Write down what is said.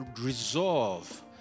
resolve